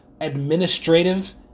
administrative